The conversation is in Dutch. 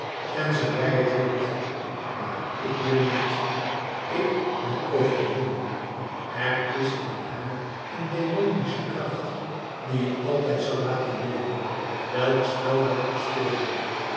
tenzij jij het wilt maar ik wil niet ik ben overwonnen er is in haar een demonische kracht die je altijd zoû laten winnen welk spel wij ook speelden